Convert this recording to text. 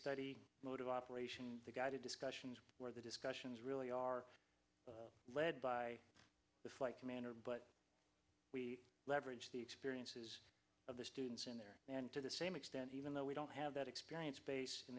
study motive operations the guided discussions where the discussions really are led by the flight commander but we leverage the experiences of the students in there and to the same extent even though we don't have that experience base in